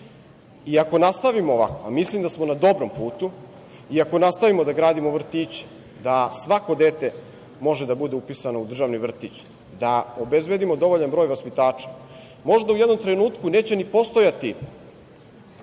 nastavimo ovako, a mislim da smo na dobrom putu, i ako nastavimo da gradimo vrtiće, da svako dete može da bude upisano u državni vrtić, da obezbedimo dovoljan broj vaspitača, možda u jednom trenutku neće ni postojati